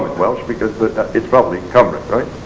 welsh because but it's probably khumric.